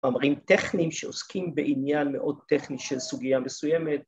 ‫מאמרים טכניים שעוסקים בעניין ‫מאוד טכני של סוגיה מסוימת.